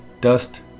dust